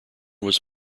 was